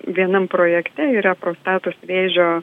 vienam projekte yra prostatos vėžio